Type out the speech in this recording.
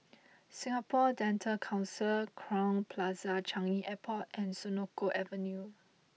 Singapore Dental Council Crowne Plaza Changi Airport and Senoko Avenue